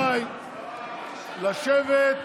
רבותיי, לשבת.